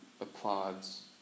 applauds